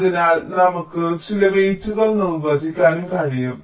അതിനാൽ നമുക്ക് ചില വെയ്റ്റുകൾ നിർവചിക്കാനും കഴിയും